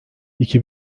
iki